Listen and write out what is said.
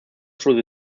through